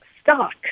stock